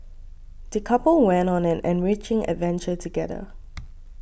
the couple went on an enriching adventure together